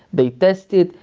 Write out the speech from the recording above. they test it,